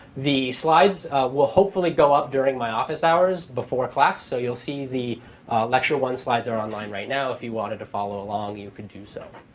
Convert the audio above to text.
the slides will, hopefully, up during my office hours before class. so you'll see the lecture one slides are online right now. if you wanted to follow along, you could do so.